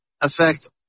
affect